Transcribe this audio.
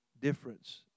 difference